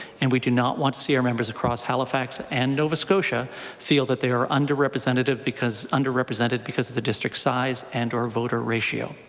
and we do not want to see members across halifax and nova scotia feel that they are underrepresented because underrepresented because of the district size and or voter ratio.